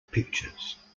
pictures